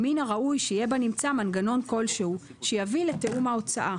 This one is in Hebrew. "מן הראוי שיהיה בנמצא מנגנון כלשהו שיביא לתיאום ההוצאה.